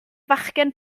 fachgen